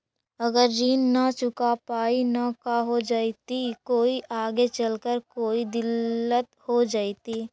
अगर ऋण न चुका पाई न का हो जयती, कोई आगे चलकर कोई दिलत हो जयती?